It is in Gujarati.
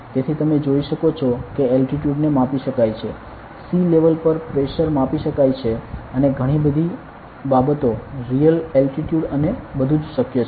તેથી તમે જોઈ શકો છો કે એલ્ટિટ્યુટ ને માપી શકાય છે સી લેવલ પર પ્રેશર માપી શકાય છે અને ઘણી બધી બાબતો રિયલ એલ્ટિટ્યુટ અને બધું જ શક્ય છે